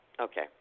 Okay